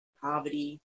poverty